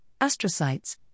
astrocytes